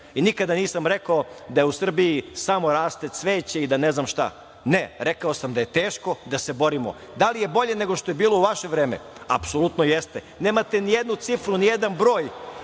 i nikada nisam rekao da je u Srbiji samo raste cveće i da ne znam šta, ne, rekao sam da je teško, da se borimo. Da li je bolje nego što je bilo u vaše vreme? Apsolutno jeste. Nemate nijednu cifru nijedan broj